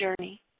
journey